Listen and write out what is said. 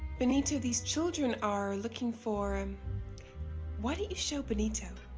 benito, these children are looking for, and why don't you show benito?